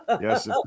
Yes